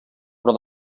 però